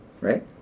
right